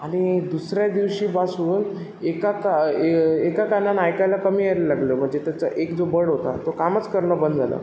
आणि दुसऱ्याच दिवशीपासून एका का ए एका कानानं ऐकायला कमी यायला लागलं म्हणजे त्याचा एक जो बड होता तो कामच करणं बंद झालं